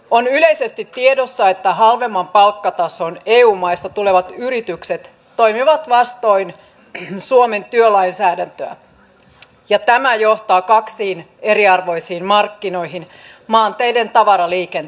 on yleisesti tiedossa että halvemman palkkatason eu maista tulevat yritykset toimivat vastoin suomen työlainsäädäntöä ja tämä johtaa kaksiin eriarvoisiin markkinoihin maanteiden tavaraliikenteessä